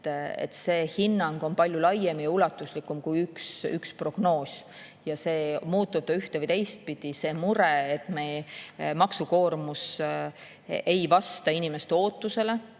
See hinnang on palju laiem ja ulatuslikum kui üks prognoos, muutub see ühte- või teistpidi. See mure on, et meie maksukoormus ei vasta inimeste ootusele